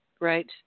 Right